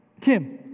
Tim